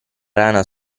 rana